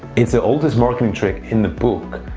it's the oldest marketing trick in the book,